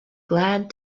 glad